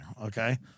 okay